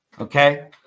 okay